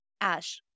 Ash